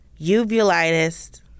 uvulitis